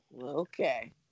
Okay